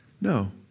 No